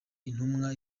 intumwa